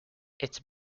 its